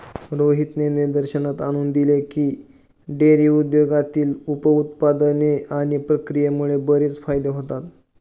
रोहितने निदर्शनास आणून दिले की, डेअरी उद्योगातील उप उत्पादने आणि प्रक्रियेमुळे बरेच फायदे होतात